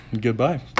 goodbye